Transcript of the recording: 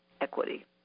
equity